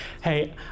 hey